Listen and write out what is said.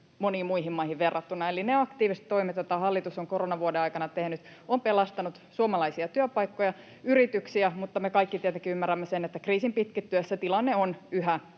moniin muihin maihin verrattuna, eli ne aktiiviset toimet, joita hallitus on koronavuoden aikana tehnyt, ovat pelastaneet suomalaisia työpaikkoja, yrityksiä. Mutta me kaikki tietenkin ymmärrämme sen, että kriisin pitkittyessä tilanne on yhä